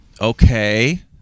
Okay